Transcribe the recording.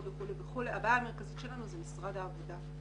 לעשות אבל הבעיה המרכזית שלנו היא משרד העבודה.